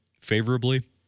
favorably